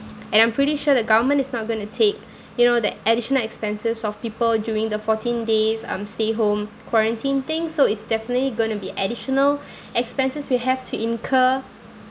and I'm pretty sure the government is not going to take you know the additional expenses of people during the fourteen days um stay home quarantine thing so it's definitely going to be additional expenses we have to incur